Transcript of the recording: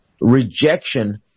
rejection